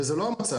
וזה לא המצב,